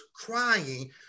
crying